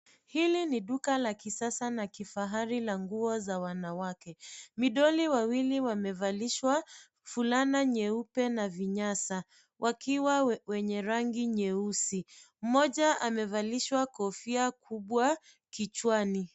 Hili ni duka la kisasa na kifahari la nguo za wanawake. Midoli wawili wamevalishwa fulana nyeupe na vinyasa, wakiwa wenye rangi nyeusi. Mmoja amevalishwa kofia kubwa kichwani.